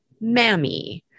mammy